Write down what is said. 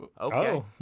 okay